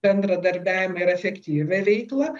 bendradarbiavimą ir efektyvią veiklą